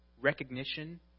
recognition